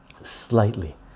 slightly